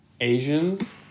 Asians